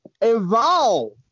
Evolve